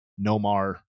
nomar